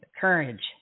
courage